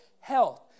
health